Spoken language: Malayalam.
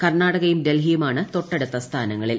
കർണാടകയും ഡൽഹിയുമാണ് തൊട്ടടുത്ത സ്ഥാനങ്ങളിൽ